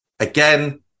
Again